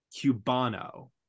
cubano